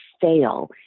fail